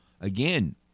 again